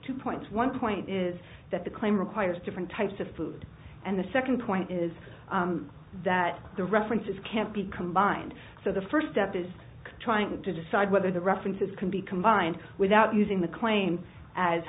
two points one point is that the claim requires different types of food and the second point is that the references can't be combined so the first step is trying to decide whether the references can be combined without using the claim as